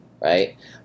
right